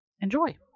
enjoy